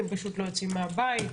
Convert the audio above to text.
הם פשוט לא יוצאים מהבית.